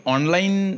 Online